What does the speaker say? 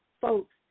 folks